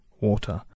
water